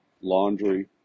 laundry